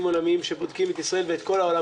עולמיים שבודקים את ישראל ואת כל העולם,